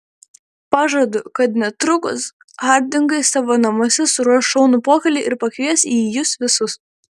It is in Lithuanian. pažadu kad netrukus hardingai savo namuose suruoš šaunų pokylį ir pakvies į jį jus visus